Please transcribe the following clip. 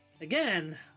Again